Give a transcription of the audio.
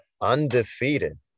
Undefeated